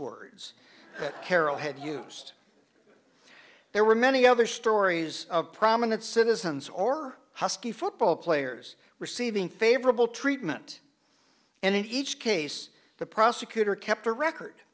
words that carroll had used there were many other stories of prominent citizens or husky football players receiving favorable treatment and in each case the prosecutor kept a record